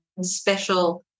special